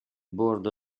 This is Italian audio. bordo